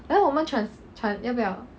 来我们 trans trans 要不要